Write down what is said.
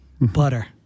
Butter